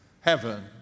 heaven